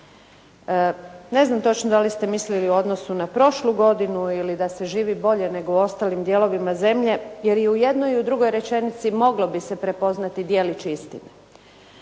Ne znam točno da li ste mislili u odnosu na prošlu godinu ili da se živi bolje nego u ostalim dijelovima zemlje, jer i u jednoj i u drugoj rečenici mogao bi se prepoznati djelić istine.